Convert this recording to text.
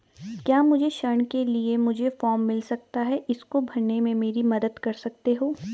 क्या मुझे ऋण के लिए मुझे फार्म मिल सकता है इसको भरने में मेरी मदद कर सकते हो?